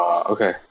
Okay